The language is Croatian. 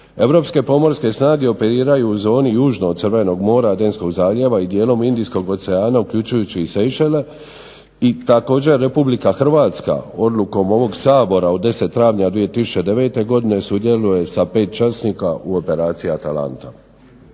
Europske pomorske snage operiraju u zoni južno od Crvenog mora, Adenskog zaljeva i dijelom Indijskog oceana uključujući i Sejšele i također Republika Hrvatska odlukom ovog Sabora od 10. travnja 2009. godine sudjeluje sa pet časnika u operaciji Atalanta.